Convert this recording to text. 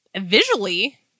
visually